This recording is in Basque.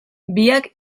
biak